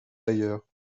ailleurs